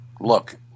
Look